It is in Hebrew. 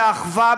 באחווה,